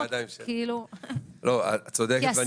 זה לא בידיים שלי.